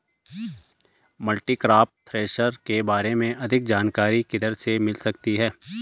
Multicrop thresher के बारे में अधिक जानकारी किधर से मिल सकती है?